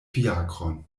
fiakron